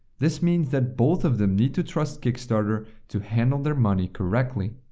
this means that both of them need to trust kickstarter to handle their money correctly.